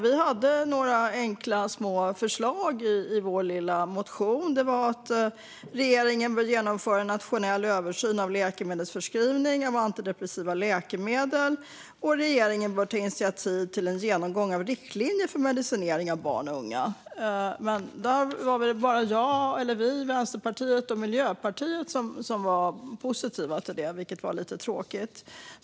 Vi hade några enkla små förslag i vår lilla motion, nämligen att regeringen bör genomföra en nationell översyn av förskrivningen av antidepressiva läkemedel och att regeringen bör ta initiativ till en genomgång av riktlinjer för medicinering av barn och unga. Men det var bara vi i Vänsterpartiet och Miljöpartiet som var positiva till detta, vilket var lite tråkigt.